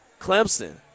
Clemson